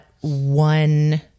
one